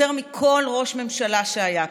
יותר מכל ראש ממשלה שהיה כאן,